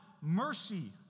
mercy